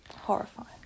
horrifying